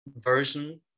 version